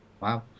Wow